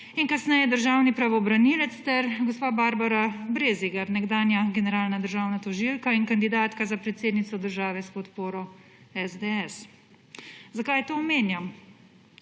in kasneje državni pravobranilec, ter gospa Barbara Brezigar, nekdanja generalna državna tožilka in kandidatka za predsednico države s podporo SDS. Zakaj to omenjam?